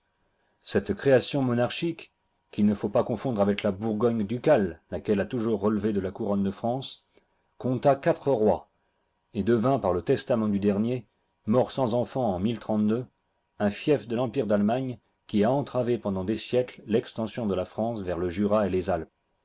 cette création monarchique qu'il ne faut pas confondre avec la bourgogne ducale laquelle a toujours relevé de la couronne de france compta quatre rois et devint par le testament du dernier mort sans enfants en un fief de l'empire d'allemagne qui a entravé pendant des siècles l'extension de la france vers le jura et les alpes